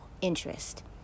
interest